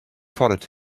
prodded